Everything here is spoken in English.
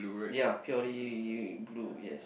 ya purely blue yes